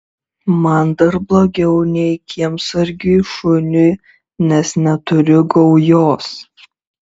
man dar blogiau nei kiemsargiui šuniui nes neturiu gaujos